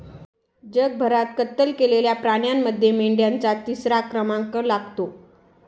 जगभरात कत्तल केलेल्या प्राण्यांमध्ये मेंढ्यांचा तिसरा क्रमांक लागतो